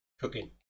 cooking